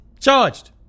Charged